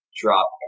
drop